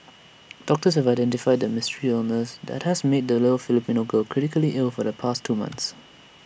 doctors have identified the mystery illness that has made A little Filipino girl critically ill for the past two months